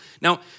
Now